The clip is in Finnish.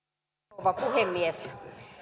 rouva puhemies